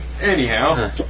Anyhow